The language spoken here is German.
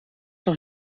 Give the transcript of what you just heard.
noch